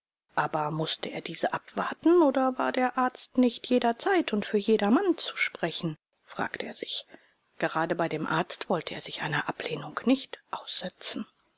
aber mußte er diese abwarten oder war der arzt nicht jederzeit und für jedermann zu sprechen fragte er sich gerade bei dem arzt wollte er sich einer ablehnung nicht aussetzen